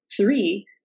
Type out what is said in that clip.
Three